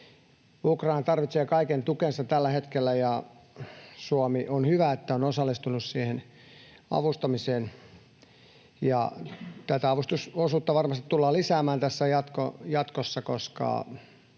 Ukraina tarvitsee kaiken tukensa tällä hetkellä, ja on hyvä, että Suomi on osallistunut avustamiseen. Tätä avustusosuutta varmasti tullaan lisäämään tässä jatkossa, koska